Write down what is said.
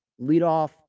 leadoff